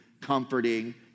comforting